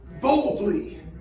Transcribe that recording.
Boldly